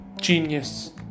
genius